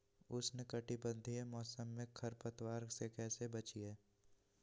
उष्णकटिबंधीय मौसम में खरपतवार से कैसे बचिये?